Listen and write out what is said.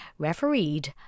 refereed